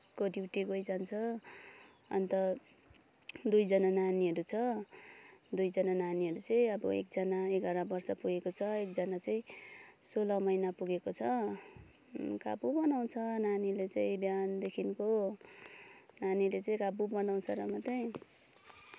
उसको ड्युटी गइजान्छ अन्त दुईजना नानीहरू छ दुईजना नानीहरू चाहिँ अब एकजना एघार वर्ष पुगेको छ अब एकजना चाहिँ सोह्र महिना पुगेको छ काबु बनाउँछ नानीले चाहिँ बिहानदेखिको नानीले चाहिँ काबु बनाउँछ र मत्तै